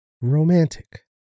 romantic